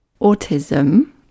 Autism